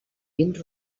vins